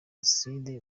acide